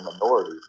minority